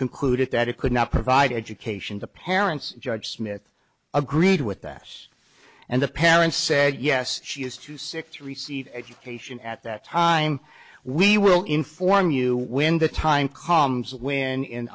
concluded that it could not provide education the parents judge smith agreed with that us and the parents said yes she is too sick to receive education at that time we will inform you when the time comes when